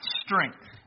strength